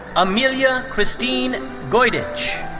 amelia christine goydich.